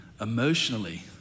emotionally